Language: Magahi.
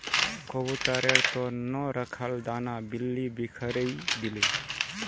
कबूतरेर त न रखाल दाना बिल्ली बिखरइ दिले